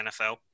NFL